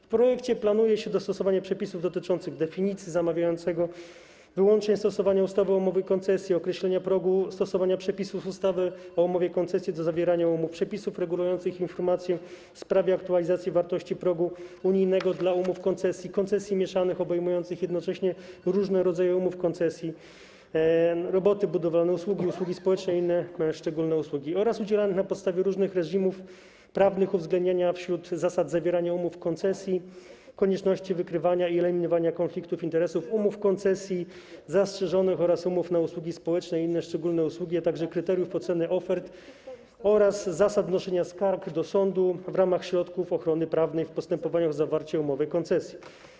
W projekcie planuje się dostosowanie przepisów dotyczących definicji zamawiającego, wyłączeń stosowania ustawy o umowie koncesji, określenia progu stosowania przepisów ustawy o umowie koncesji do zawierania umów, przepisów regulujących informację w sprawie aktualizacji wartości progu unijnego dla umów koncesji, koncesji mieszanych obejmujących jednocześnie różne rodzaje umów koncesji, na: roboty budowlane, usługi, usługi społeczne, inne szczególne usługi, oraz udzielanych na podstawie różnych reżimów prawnych, uwzględnienia wśród zasad zawierania umów koncesji konieczności wykrywania i eliminowania konfliktów interesów, umów koncesji zastrzeżonych oraz umów na usługi społeczne i inne szczególne usługi, a także kryteriów oceny ofert oraz zasad wnoszenia skarg do sądu w ramach środków ochrony prawnej w postępowaniach o zawarcie umowy koncesji.